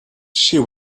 she